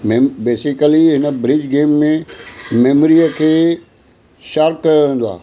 main basically हिन bridge game में मेमरीअ खे शार्प कयो वेंदो आहे